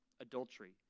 adultery